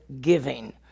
giving